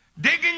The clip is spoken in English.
Digging